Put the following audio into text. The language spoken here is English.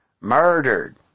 Murdered